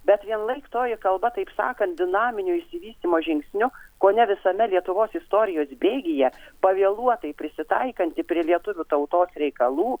bet vien laik toji kalba taip sakant dinaminio išsivystymo žingsniu kone visame lietuvos istorijos bėgyje pavėluotai prisitaikanti prie lietuvių tautos reikalų